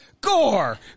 Gore